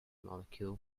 molecule